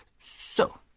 so